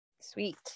Sweet